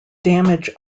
damage